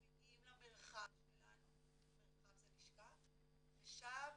הם מגיעים למרחב שלנו, מרחב זה לשכה, ושם